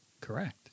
Correct